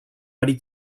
ready